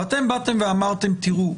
ואתם באתם ואמרתם תראו,